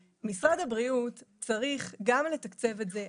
משרד הבריאות צריך גם לתקצב את זה,